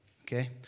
okay